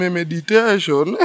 meditation